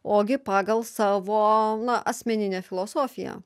ogi pagal savo na asmeninę filosofiją